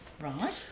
Right